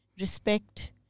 respect